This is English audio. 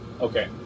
Okay